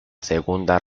segunda